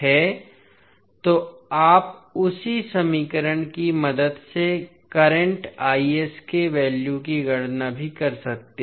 है तो आप उसी समीकरण की मदद से करंट के वैल्यू की गणना भी कर सकते हैं